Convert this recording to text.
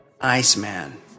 Iceman